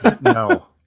No